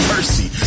Mercy